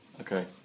Okay